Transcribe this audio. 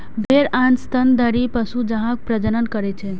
भेड़ आन स्तनधारी पशु जकां प्रजनन करै छै